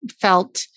felt